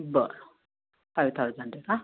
बरं five thousand आहे का